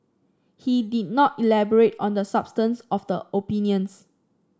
he did not elaborate on the substance of the opinions